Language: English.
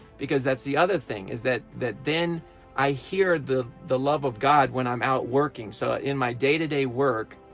because that's the other thing, is that that then i hear the the love of god when i'm out working. so in my day to day work,